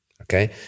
okay